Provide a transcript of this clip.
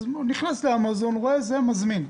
אני נכנס לאמזון, רואה מוצר ומזמין אותו.